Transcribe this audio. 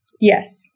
Yes